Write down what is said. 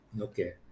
Okay